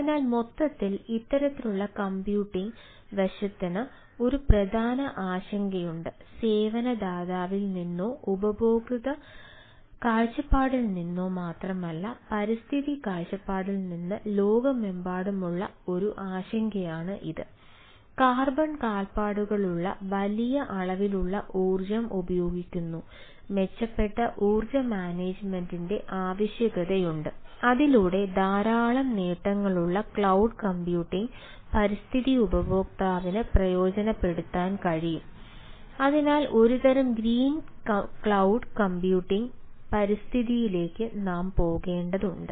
അതിനാൽ മൊത്തത്തിൽ ഇത്തരത്തിലുള്ള കമ്പ്യൂട്ടിംഗ് പരിതസ്ഥിതിയിലേക്ക് നാം പോകേണ്ടതുണ്ട്